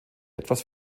etwas